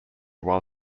while